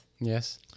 yes